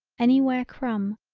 any where crumb.